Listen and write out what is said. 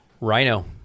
Rhino